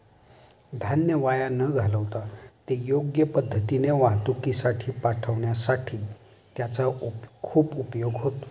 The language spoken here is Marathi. धान्य वाया न घालवता ते योग्य पद्धतीने वाहतुकीसाठी पाठविण्यासाठी त्याचा खूप उपयोग होतो